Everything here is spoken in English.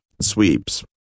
sweeps